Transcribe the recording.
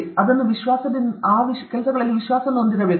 ನೀವು ಆ ವಿಶ್ವಾಸವನ್ನು ಹೊಂದಿರಬೇಕು